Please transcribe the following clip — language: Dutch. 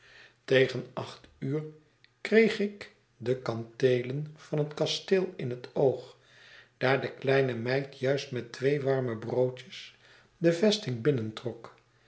tegen acht uur kreeg ik de kanteelen van het kasteel in het oog daar de kleine meid juist met twee warme broodjes de vesting binnentrok